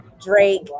Drake